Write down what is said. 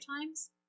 times